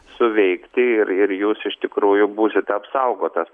suveikti ir ir jūs iš tikrųjų būsite apsaugotas